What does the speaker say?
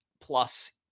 plus